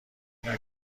این